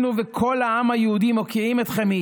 אנחנו וכל העם היהודי מוקיעים אתכם.